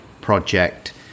project